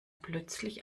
plötzlich